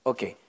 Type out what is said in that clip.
Okay